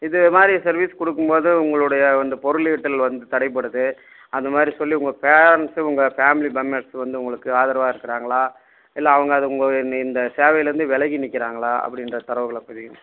இது மாதிரி சர்வீஸ் கொடுக்கும் போது உங்களுடைய இந்த பொருளீட்டல் வந்து தடைப்படுது அது மாதிரி சொல்லி உங்கள் பேரெண்ட்ஸு உங்கள் ஃபேமிலி மெம்பர்ஸு வந்து உங்களுக்கு ஆதரவாக இருக்கிறாங்களா இல்லை அவங்க அது உங்கள் இந்த சேவையில் இருந்து விலகி நிற்கிறாங்களா அப்படின்ற தரவுகளை பதிவு பண்ணுங்க